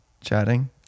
chatting